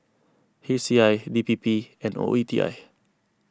H C I D P P and O E T I